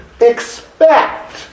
expect